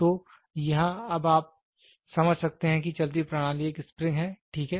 तो यहाँ अब आप समझ सकते हैं कि चलती प्रणाली एक स्प्रिंग है ठीक है